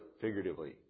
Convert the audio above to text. figuratively